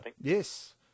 Yes